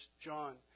John